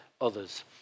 others